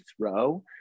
throw